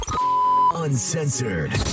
Uncensored